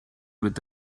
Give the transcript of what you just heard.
with